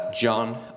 John